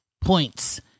points